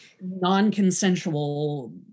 non-consensual